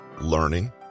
learning